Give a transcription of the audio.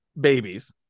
babies